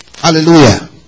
Hallelujah